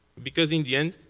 because in the end,